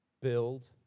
build